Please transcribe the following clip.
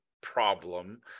problem